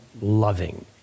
loving